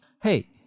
Hey